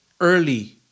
early